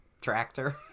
tractor